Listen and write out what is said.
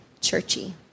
churchy